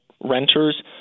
renters